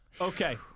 Okay